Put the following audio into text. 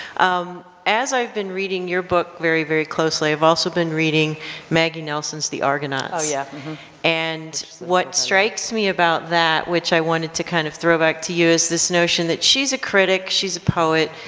um as i've been reading your book very very closely, i've also been reading maggie nelson's the argonauts ah yeah and what strikes me about that, which i wanted to kind of throw back to you is this notion that she's a critic, she's a poet,